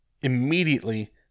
Immediately